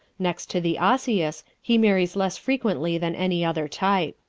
next to the osseous he marries less frequently than any other type.